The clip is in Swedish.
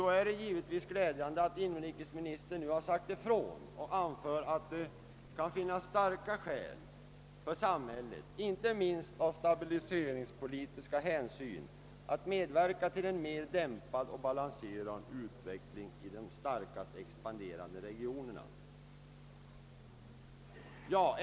Det är givetvis glädjande att inrikesministern nu sagt ifrån att det kan finnas starka skäl för samhället, inte minst från stabiliseringssynpunkt, att medverka till en mer dämpad och balanserad utveckling i de mest expanderande regionerna.